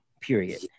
period